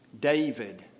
David